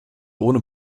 ohne